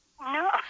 No